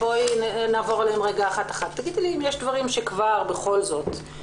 בואי נעבור עליהן אחת אחת ותגידי לי שאולי יש דברים שבכל זאת אפשר לומר.